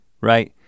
right